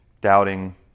Doubting